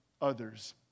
others